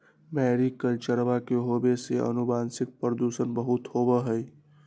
मैरीकल्चरवा के होवे से आनुवंशिक प्रदूषण बहुत होबा हई